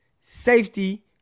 safety